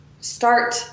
start